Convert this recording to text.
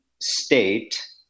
State